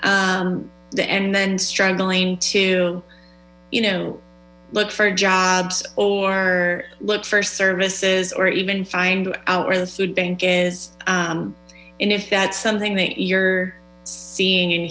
the and then struggling to you know look for jobs or look for services or even find out where the food bank is in that's something that you're seeing and